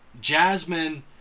Jasmine